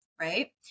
right